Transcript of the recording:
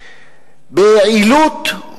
בעילוט,